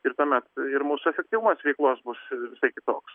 ir tuomet ir mūsų efektyvumas veiklos bus visai kitoks